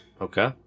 Okay